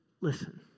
Listen